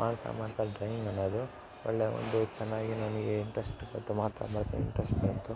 ಮಾಡ್ತಾ ಮಾಡ್ತಾ ಡ್ರಾಯಿಂಗ್ ಅನ್ನೋದು ಒಳ್ಳೆ ಒಂದು ಚೆನ್ನಾಗಿ ನಮಗೆ ಇಂಟ್ರಸ್ಟ್ ಬಂತು ಮಾಡ್ತಾ ಮಾಡ್ತಾ ಇಂಟ್ರಸ್ಟ್ ಬಂತು